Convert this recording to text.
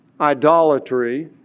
idolatry